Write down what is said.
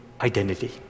identity